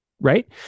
right